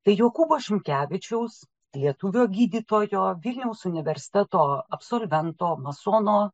tai jokūbo šimkevičiaus lietuvio gydytojo vilniaus universiteto absolvento masono